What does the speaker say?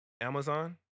Amazon